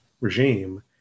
regime